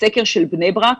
בסקר של בני-ברק,